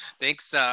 Thanks